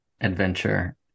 Adventure